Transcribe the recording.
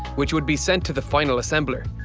which would be sent to the final assembler.